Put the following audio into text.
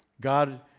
God